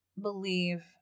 believe